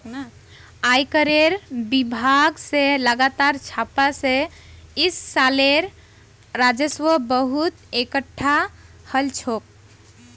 आयकरेर विभाग स लगातार छापा स इस सालेर राजस्व बहुत एकटठा हल छोक